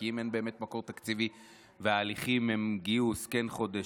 כי אם באמת אין מקור תקציבי וההליכים הם גיוס כן חודש,